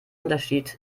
unterschied